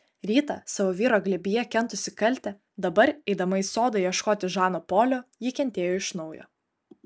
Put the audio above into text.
rytą savo vyro glėbyje kentusi kaltę dabar eidama į sodą ieškoti žano polio ji kentėjo iš naujo